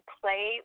play